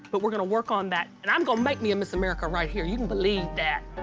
but we're gonna work on that. and i'm gonna make me a miss america right here. you can believe that.